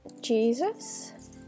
Jesus